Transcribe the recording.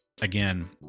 Again